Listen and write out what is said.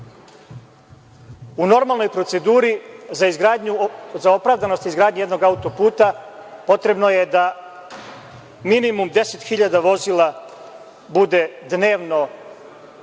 normalnoj proceduri za opravdanost izgradnje jednog autoputa potrebno je da minimum 10 hiljada vozila bude dnevno na tom